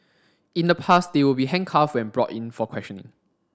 in the past they would be handcuffed when brought in for questioning